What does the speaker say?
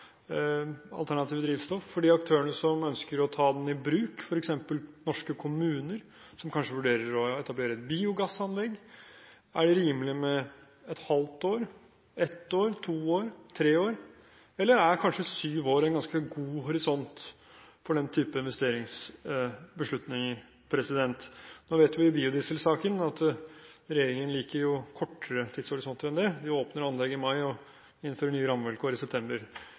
alternative drivstoff, for de aktørene som ønsker å ta den i bruk – f.eks. norske kommuner som kanskje vurderer å etablere biogassanlegg? Er det rimelig med et halvt år, ett år, to år, tre år? Eller er kanskje syv år en ganske god horisont for den typen investeringsbeslutninger? Nå vet vi jo fra biodiesel-saken at regjeringen liker kortere tidshorisonter enn det. De åpner anlegg i mai og innfører nye rammevilkår i september